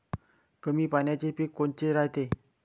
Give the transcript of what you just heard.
कमी पाण्याचे पीक कोनचे रायते?